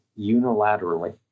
unilaterally